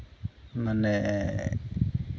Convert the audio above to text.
ᱢᱟᱱᱮ